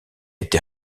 été